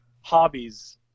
hobbies